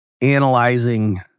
analyzing